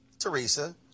Teresa